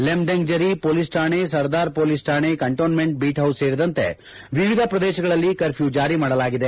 Lumdengjiri police ಠಾಣೆ Sardar police ಠಾಣೆ cantonment beat house ಸೇರಿದಂತೆ ವಿವಿಧ ಪ್ರದೇಶಗಳಲ್ಲಿ ಕರ್ಫ್ಯೂ ಜಾರಿ ಮಾಡಲಾಗಿದೆ